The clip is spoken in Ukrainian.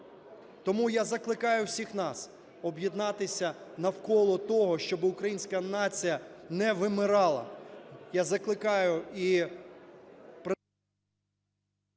Тому я закликаю всіх нас об'єднатися навколо того, щоб українська нація не вимирала.